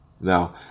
Now